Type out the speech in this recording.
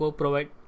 provide